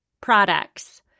products